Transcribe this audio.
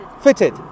Fitted